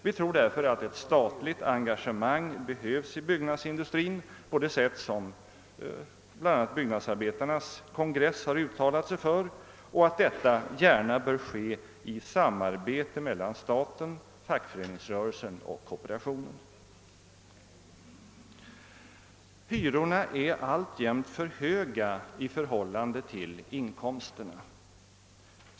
Vi tror därför att ett statligt engagemang behövs inom byggnadsindustrin på det sätt som bl.a. byggnadsarbetarnas kongress uttalade sig för och att detta gärna bör ske i samarbete mellan staten, fackföreningsrörelsen och kooperationen. Hyrorna är alltjämt för höga i förhållande till inkomsterna.